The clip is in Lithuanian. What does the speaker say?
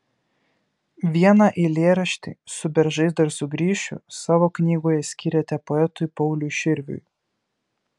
vieną eilėraštį su beržais dar sugrįšiu savo knygoje skyrėte poetui pauliui širviui